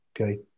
Okay